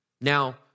Now